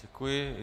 Děkuji.